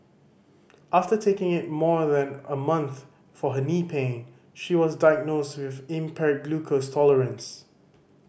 after taking it more than a month for her knee pain she was diagnosed with impaired glucose tolerance